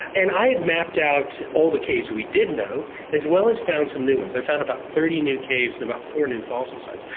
and i had mapped out all the caves we did know as well as found some new ones, i found about thirty new caves and about four new fossil sites.